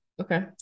Okay